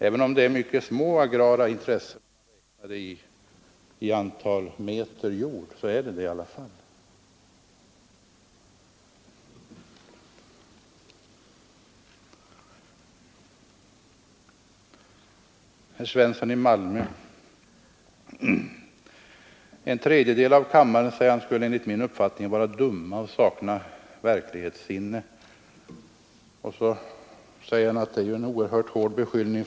Även om det är mycket små agrara intressen räknat i meter jord är det i alla fall på det sättet. Herr Svensson i Malmö påstod att enligt min uppfattning var en tredjedel av kammarens ledamöter dumma och saknade verklighetssinne. Han säger att det är ju en oerhört hård beskyllning.